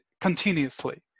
continuously